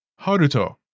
Haruto